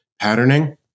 patterning